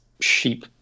sheep